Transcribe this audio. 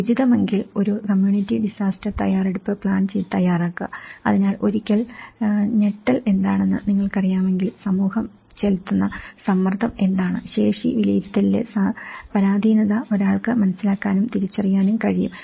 ഉചിതമെങ്കിൽ ഒരു community disaster തയ്യാറെടുപ്പ് plan തയ്യാറാക്കുക അതിനാൽ ഒരിക്കൽ ഞെട്ടൽ എന്താണെന്ന് നിങ്ങൾക്കറിയാമെങ്കിൽ സമൂഹം ചെലുത്തുന്ന സമ്മർദ്ദം എന്താണ് ശേഷി വിലയിരുത്തലിലെ പരാധീനത ഒരാൾക്ക് മനസിലാക്കാനും തിരിച്ചറിയാനും കഴിയും